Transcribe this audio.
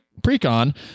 Precon